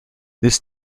this